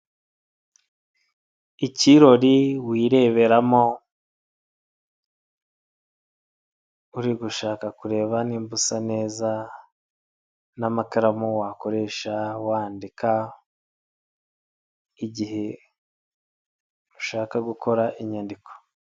Ikirori wireberamo uri gushaka kureba nimba usa neza n'amakaramu wakoresha wandika igihe ushaka gukora inyandiko.